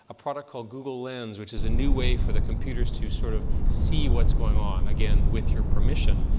ah product called google lens, which is a new way for the computers to sort of see what's going on, again, with your permission,